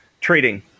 trading